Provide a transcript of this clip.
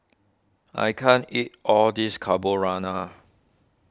I can't eat all this Carbonara